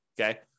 okay